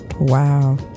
Wow